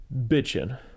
bitching